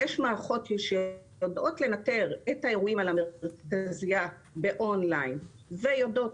יש מערכות שיודעות לנטר את האירועים על המרכזייה באון-ליין ויודעות